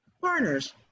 partners